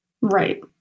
right